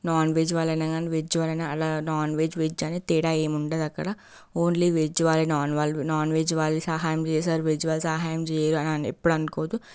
non veg వాళ్ళు అయినా కాని వెజ్ వాళ్ళు అయినా అలా నాన్వెజ్ వెజ్ అలానే తేడా ఏమి ఉండదు అక్కడ ఓన్లీ వెజ్ వాళ్ళే నాన్ నాన్వెజ్ సహాయం చేశారు వెజ్ వాళ్ళు సహాయం చేయరు అని ఎప్పుడూ అనుకోవద్దు